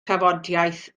tafodiaith